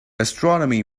astronomy